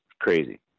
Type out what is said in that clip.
crazy